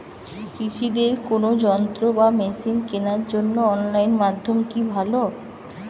কৃষিদের কোন যন্ত্র বা মেশিন কেনার জন্য অনলাইন মাধ্যম কি ভালো?